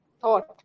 thought